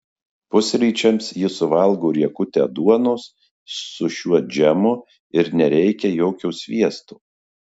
pusryčiams ji suvalgo riekutę duonos su šiuo džemu ir nereikia jokio sviesto